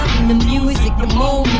the music. the moment,